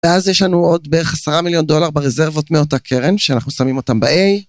ואז יש לנו עוד בערך עשרה מיליון דולר ברזרוות מאותה קרן, שאנחנו שמים אותן ב-A.